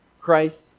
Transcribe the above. Christ